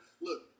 Look